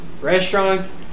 Restaurants